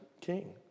king